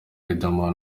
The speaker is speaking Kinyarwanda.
riderman